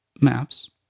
Maps